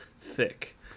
thick